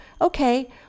okay